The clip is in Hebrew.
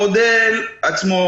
המודל עצמו,